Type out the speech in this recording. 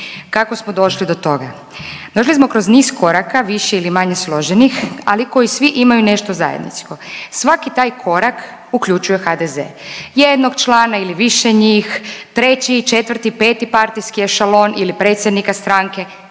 Kako smo došli do toga? Došli smo kroz niz koraka više ili manje složenih, ali koji svi imaju nešto zajedničko. Svaki taj korak uključuje HDZ, jednog člana ili više njih, treći i četvrti i peti partijski ešalon ili predsjednika stranke